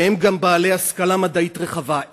שהם גם בעלי השכלה מדעית רחבה.